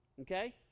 Okay